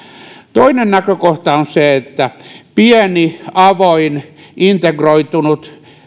toinen näkökohta on se että pieni avoin integroitunut